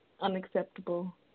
unacceptable